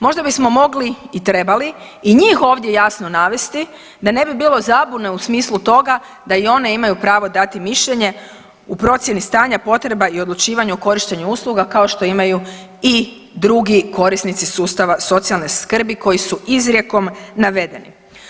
Možda bismo mogli i trebali i njih ovdje jasno navesti, da ne bi bilo zabune u smislu toga da i one imaju pravo dati mišljenje u procjeni stanja potreba i odlučivanje o korištenju usluga kao što imaju i drugi korisnici sustava socijalne skrbi koji su izrijekom navedeni.